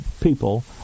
people